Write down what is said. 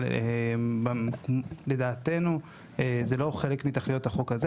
אבל, לדעתנו, זה לא חלק מתכליות החוק הזה.